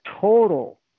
total